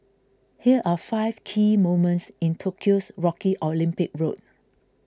here are five key moments in Tokyo's rocky Olympic road